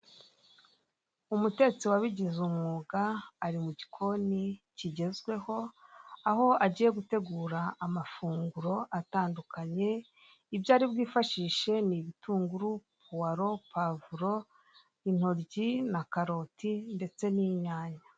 Umutetsi wabigize umwuga ari mu gikoni kigezweho, aho agiye gutegura amafunguro atandukanye, ibyo ari bwifashishe ni ibitunguru, puwalo, puvuro, intoryi na karoti ndetse n'inyanya.